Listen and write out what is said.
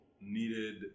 needed